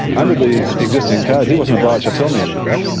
under the existing code he wasn't obliged to tell me any of that.